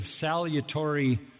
salutary